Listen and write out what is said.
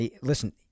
listen